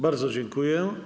Bardzo dziękuję.